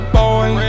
boy